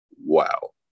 wow